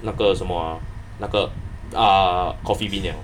那个什么 uh 那个 uh coffee bean 这样 lor